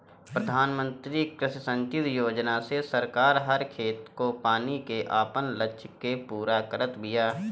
प्रधानमंत्री कृषि संचित योजना से सरकार हर खेत को पानी के आपन लक्ष्य के पूरा करत बिया